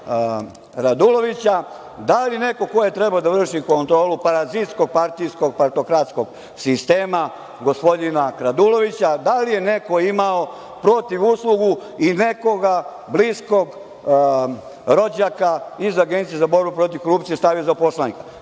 Radulovića, da li neko ko je trebao da vrši kontrolu parazitskog, partijskog, partokratskog sistema gospodina kradulovića, da li je neko imao protivuslugu i nekoga bliskog rođaka iz Agencije za borbu protiv korupcije stavio za poslanika?